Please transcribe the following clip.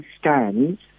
stands